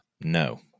No